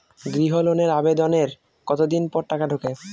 গৃহ লোনের আবেদনের কতদিন পর টাকা ঢোকে?